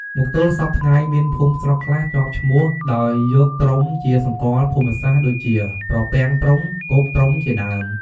មកទល់សព្វថ្ងៃមានភូមិស្រុកខ្លះជាប់ឈ្មោះ ដោយយកត្រុំជាសម្គាល់ភូមិសាស្ត្រដូចជា ត្រពាំងត្រុំ គោកត្រុំជាដើម។